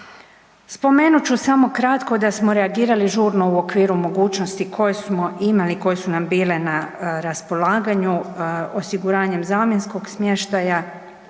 Spomenut ću samo kratko da smo reagirali žurno u okviru mogućnosti koje smo imali, koje su nam bile na raspolaganju osiguranjem zamjenskog smještaja